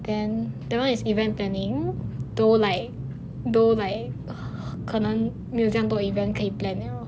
then that [one] is event planning though like though like 可能没有这样多 event 可以 plan 了